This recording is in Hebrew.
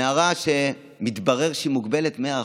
נערה שמתברר שהיא מוגבלת 100%,